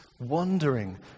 wandering